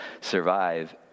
survive